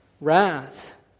wrath